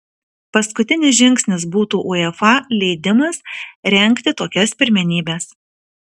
paskutinis žingsnis būtų uefa leidimas rengti tokias pirmenybes